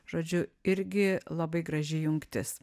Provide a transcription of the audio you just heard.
žodžiu irgi labai graži jungtis